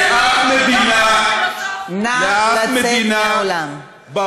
נא לצאת מהאולם.